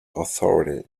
authority